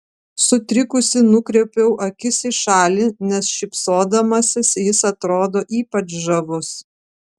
sutrikusi nukreipiu akis į šalį nes šypsodamasis jis atrodo ypač žavus